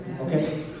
Okay